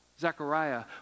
Zechariah